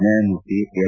ನ್ಡಾಯಮೂರ್ತಿ L